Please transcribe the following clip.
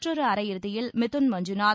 மற்றொரு அரையிறுதியில் மிதுன் மஞ்சுநாத்